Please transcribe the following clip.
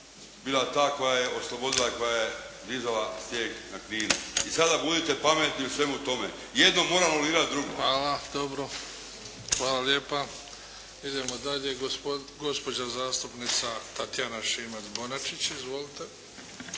bila ta koja je oslobodila, koja je dizala stijeg na Knin. I sada budite pametni u svemu tome jedno mora anulirati drugo. **Bebić, Luka (HDZ)** Hvala. Idemo dalje. Gospođa zastupnica Tatjana Šimac Bonačić. Izvolite.